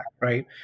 right